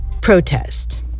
protest